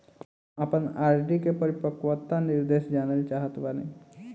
हम आपन आर.डी के परिपक्वता निर्देश जानल चाहत बानी